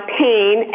pain